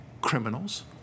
Criminals